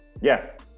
Yes